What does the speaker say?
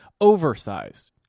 oversized